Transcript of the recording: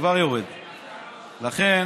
לכן